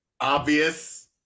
obvious